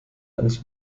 eines